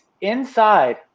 inside